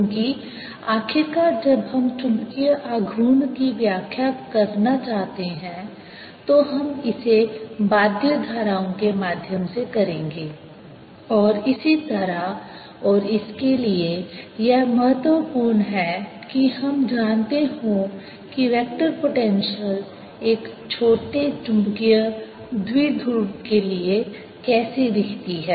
क्योंकि आखिरकार जब हम चुंबकीय आघूर्ण की व्याख्या करना चाहते हैं तो हम इसे बाध्य धाराओं के माध्यम से करेंगे और इसी तरह और इसके लिए यह महत्वपूर्ण है कि हम जानते हो कि वेक्टर पोटेंशियल एक छोटे चुंबकीय द्विध्रुव के लिए कैसी दिखती है